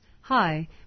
Hi